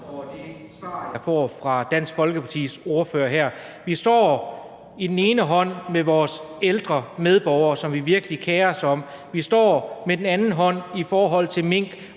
over det svar, jeg får fra Dansk Folkepartis ordfører her. Vi står på den ene side med vores ældre medborgere, som vi virkelig kerer os om, og så står vi på den anden side med situationen